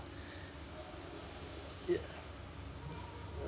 ya